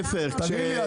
תגיד לי,